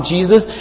Jesus